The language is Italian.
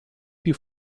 più